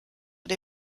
dei